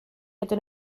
gyda